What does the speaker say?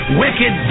wicked